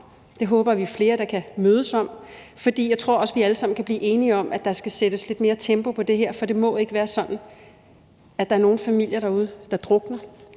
det håber jeg vi er flere der kan mødes om, for jeg tror også, vi alle sammen kan blive enige om, at der skal sættes lidt mere tempo på det her, for det må ikke være sådan, at der er nogen familier derude, der drukner